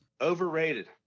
Overrated